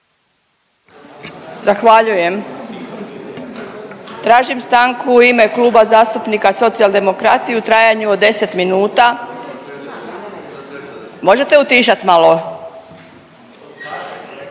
Zahvaljujem. Tražim stanku u ime Kluba zastupnika Socijaldemokrati u trajanju od 10 minuta. Možete utišat malo?